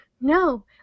no